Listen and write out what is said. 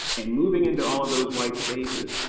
and moving into all of those white spaces,